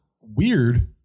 weird